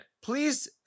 Please